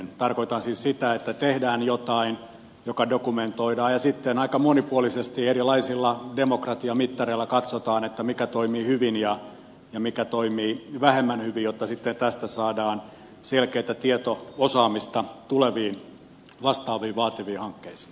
tarkoitan siis sitä että tehdään jotain mikä dokumentoidaan ja sitten aika monipuolisesti erilaisilla demokratiamittareilla katsotaan mikä toimii hyvin ja mikä toimii vähemmän hyvin jotta sitten tästä saadaan selkeätä tieto osaamista tuleviin vastaaviin vaativiin hankkeisiin